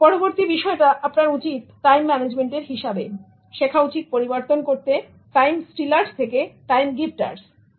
পরবর্তী বিষয়টা আপনার উচিত টাইম ম্যানেজমেন্ট এর হিসাবে শেখা উচিত পরিবর্তন করতে টাইম থেকে steelers time gifters steelers into time gifters